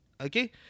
Okay